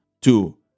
two